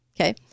Okay